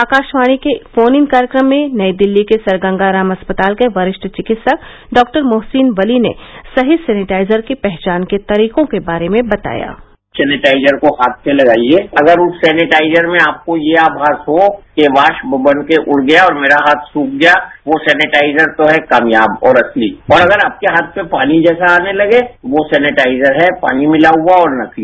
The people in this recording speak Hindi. आकाशवाणी के फोन इन कार्यक्रम में नई दिल्ली के सर गंगा राम अस्पताल के वरिष्ठ चिकित्सक डॉक्टर मोहसिन वली ने सही सेनीटाईजर की पहचान के तरीकों के बारें में बताया सेनेटाइजर को हाथ पे लगाइरे हाथ पे मलिए अगर उस सेनेटाइजर में आपको ये आभास हो कि वाष्प बन के उड़ गया और मेरा हाथ सूख गया वह सेनेटाइजर तो है कामयाब और असली और अगर आपके हाथ में पानी जैसा आने लगे तो वह सेनेटाइजर है पानी मिला हुया और नकती